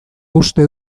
uste